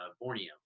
Borneo